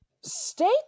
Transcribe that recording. Stay